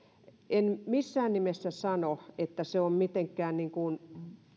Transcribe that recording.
en missään nimessä sano että se on mitenkään